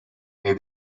may